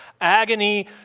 agony